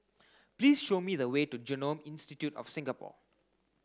please show me the way to Genome Institute of Singapore